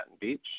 Beach